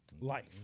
life